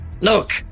Look